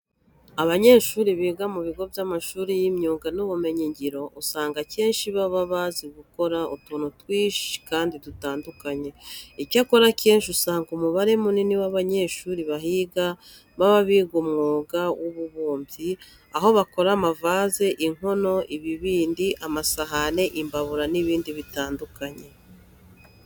Abanyeshuri biga mu bigo by'amashuri y'imyuga n'ubumenyigiro, usanga akenshi baba bazi gukora utuntu twinshi kandi dutandukanye. Icyakora akenshi usanga umubare munini w'abanyeshuri bahiga baba biga umwuga w'ububumbyi, aho bakora amavaze, inkono, ibibindi, amasahane, imbabura n'ibindi bitandukanye.